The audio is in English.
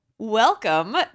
Welcome